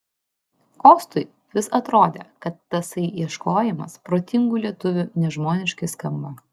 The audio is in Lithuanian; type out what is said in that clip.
kostui vis atrodė kad tasai ieškojimas protingų lietuvių nežmoniškai skamba